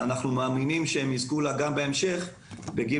ואנחנו מאמינים שהם יזכו לה גם בהמשך בגין